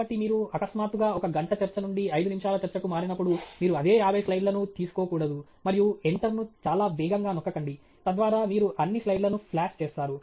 కాబట్టి మీరు అకస్మాత్తుగా ఒక గంట చర్చ నుండి 5 నిమిషాల చర్చకు మారినప్పుడు మీరు అదే 50 స్లైడ్లను తీసుకోకూడదు మరియు ఎంటర్ ను చాలా వేగంగా నొక్కకండి తద్వారా మీరు అన్ని స్లైడ్లను ఫ్లాష్ చేస్తారు